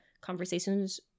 conversations